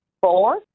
Four